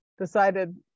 decided